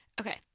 Okay